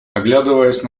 оглядываясь